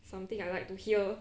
something I like to hear